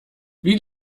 wie